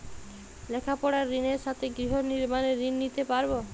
লেখাপড়ার ঋণের সাথে গৃহ নির্মাণের ঋণ নিতে পারব?